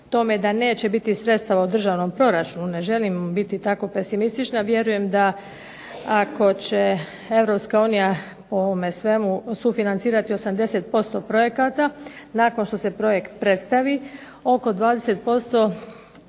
tome da neće biti sredstava u državnom proračunu, ne želim biti tako pesimistična, vjerujem da ako će Europska unija po ovome svemu sufinancirati 80% projekata nakon što se projekt predstavi oko 20%